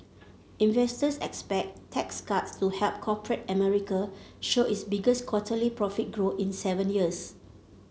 investors expect tax cuts to help corporate America show its biggest quarterly profit growth in seven years